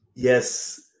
Yes